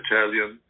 Italian